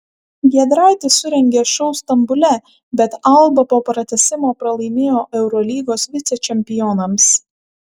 giedraitis surengė šou stambule bet alba po pratęsimo pralaimėjo eurolygos vicečempionams